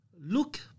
look